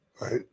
right